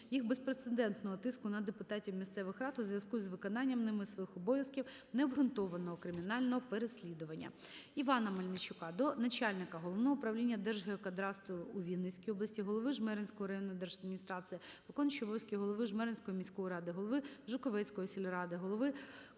їх безпрецедентного тиску на депутатів місцевих рад у зв'язку з виконанням ними своїх обов'язків, необґрунтованого кримінального переслідування. Івана Мельничука до начальника Головного управління Держгеокадастру у Вінницькій області, голови Жмеринської районної держадміністрації, виконуючого обов'язки голови Жмеринської міської ради, голови Жуковецької сільради, голови